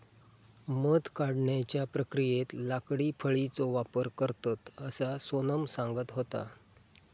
मध काढण्याच्या प्रक्रियेत लाकडी फळीचो वापर करतत, असा सोनम सांगत होता